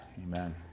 Amen